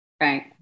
Right